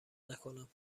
نکنم